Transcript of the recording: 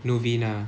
novena